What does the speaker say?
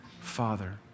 Father